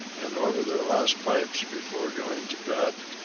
and over their last pipes before going to bed,